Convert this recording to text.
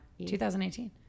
2018